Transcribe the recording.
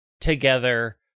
together